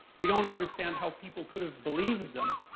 we don't understand how people could have believed them.